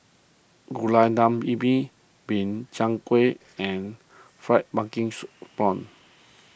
Gulai Daun Ubi Min Chiang Kueh and Fried Pumpkins Prawns